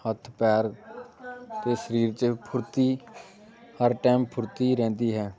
ਹੱਥ ਪੈਰ ਅਤੇ ਸਰੀਰ 'ਚ ਫੁਰਤੀ ਹਰ ਟਾਈਮ ਫੁਰਤੀ ਰਹਿੰਦੀ ਹੈ